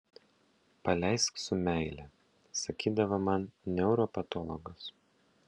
paleisk su meile sakydavo man neuropatologas